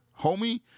homie